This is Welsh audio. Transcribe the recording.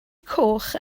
coch